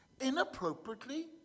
inappropriately